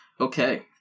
Okay